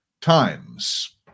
times